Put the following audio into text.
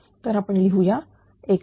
तर आपण लिहू या x1